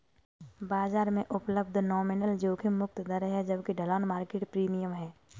बाजार में उपलब्ध नॉमिनल जोखिम मुक्त दर है जबकि ढलान मार्केट प्रीमियम है